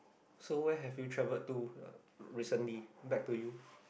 so where have you traveled to recently back to you